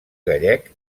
gallec